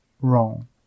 wrong